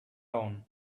down